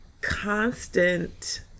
constant